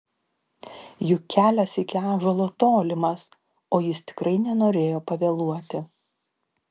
juk kelias iki ąžuolo tolimas o jis tikrai nenorėjo pavėluoti